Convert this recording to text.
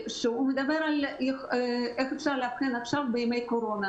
שמדבר על איך אפשר לאבחן בימי קורונה.